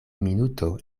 minuto